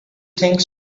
think